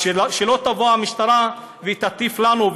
אז שלא תבוא המשטרה ותטיף לנו,